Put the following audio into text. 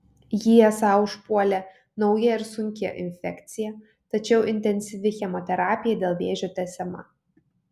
jį esą užpuolė nauja ir sunki infekcija tačiau intensyvi chemoterapija dėl vėžio tęsiama